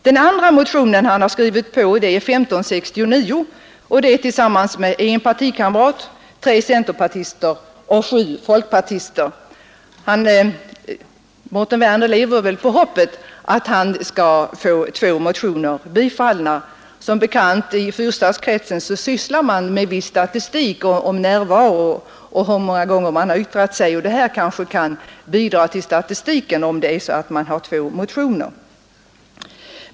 Den andra motionen som han skrivit på är 1569, och han har gjort det tillsammans med en partikamrat, tre centerpartister och sju folkpartister. Mårten Werner lever väl på hoppet om att få två motioner bifallna. Som bekant sysslar man i fyrstadskretsen med viss statistik om närvaro och om hur många gånger ledamöterna har yttrat sig, och det kan möjligen bidra till att förbättra statistiken att ha två motioner i samma ämne.